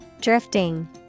Drifting